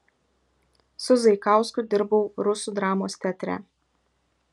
su zaikausku dirbau rusų dramos teatre